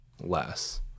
less